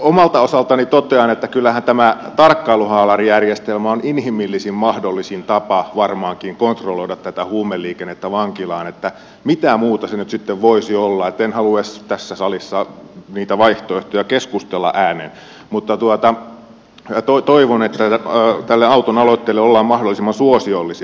omalta osaltani totean että kyllähän tämä tarkkailuhaalarijärjestelmä on inhimillisin mahdollinen tapa varmaankin kontrolloida tätä huumeliikennettä vankilaan että mitä muuta se nyt sitten voisi olla en halua edes tässä salissa niistä vaihtoehdoista keskustella ääneen mutta toivon että tälle auton aloitteelle ollaan mahdollisimman suosiollisia